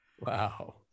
wow